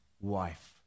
wife